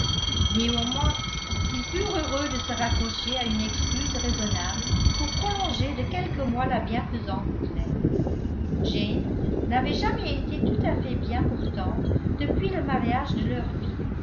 néanmoins ils furent heureux de se raccrocher à une excuse raisonnable pour prolonger de quelques mois la bienfaisante trêve jane n'avait jamais été tout à fait bien portante depuis le mariage de leur fille